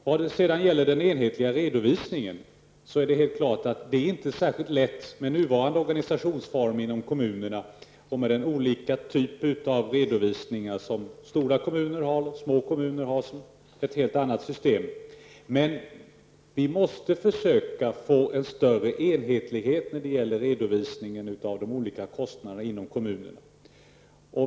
När det sedan gäller den enhetliga redovisningen, är det självfallet med nuvarande organisationsform inom kommunerna inte särskilt lätt med de olika typer av redovisning som finns där stora kommuner har ett system och små kommuner har ett helt annat system. Vi måste försöka få en större enhetlighet när det gäller redovisningen av de olika kostnaderna inom kommunerna.